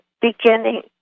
beginning